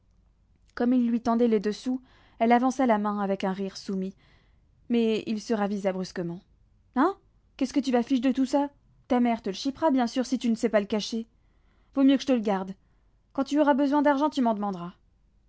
comme il lui tendait les deux sous elle avança la main avec un rire soumis mais il se ravisa brusquement hein qu'est-ce que tu vas fiche de tout ça ta mère te le chipera bien sûr si tu ne sais pas le cacher vaut mieux que je te le garde quand tu auras besoin d'argent tu m'en demanderas